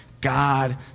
God